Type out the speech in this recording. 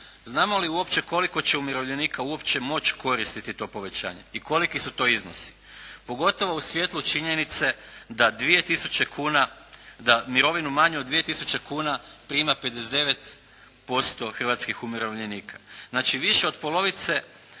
Znamo li uopće koliko će umirovljenika uopće moći koristiti to povećanje i koliki su to iznosi? Pogotovo u svjetlu činjenice da 2 tisuće kuna, da mirovinu manju od 2 tisuće kuna prima 59% hrvatskih umirovljenika. Znači više od polovice